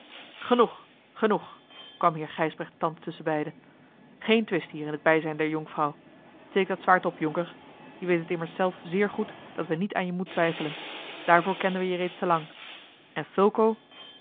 genoeg genoeg kwam heer gijsbrecht thans tusschenbeide geen twist hier in het bijzijn der jonkvrouw steek dat zwaard op jonker je weet het immers zelf zeer goed dat we niet aan je moed twijfelen daarvoor kenden we je reeds te lang en fulco